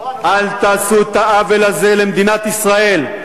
אל תעשו את העוול הזה למדינת ישראל.